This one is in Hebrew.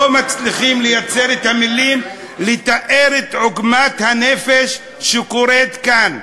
לא מצליח לייצר את המילים לתאר את עוגמת הנפש כאן.